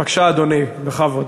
בבקשה, אדוני, בכבוד.